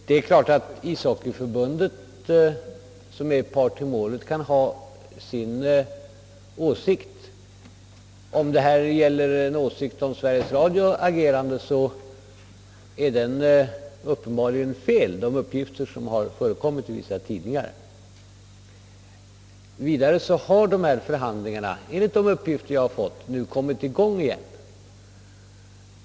Herr talman! Självfallet kan Svenska Ishockeyförbundet, som är part i målet, ha sin åsikt om saken. De uppgifter som förekommit i vissa tidningar om att Sveriges Radio i detta fall agerar i egenskap av part vid förhandlingarna är däremot uppenbarligen felaktiga. Vidare har förhandlingarna, enligt de upplysningar jag fått, nu kommit i gång igen.